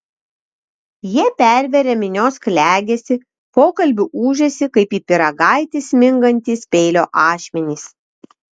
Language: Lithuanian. jie perveria minios klegesį pokalbių ūžesį kaip į pyragaitį smingantys peilio ašmenys